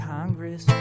Congress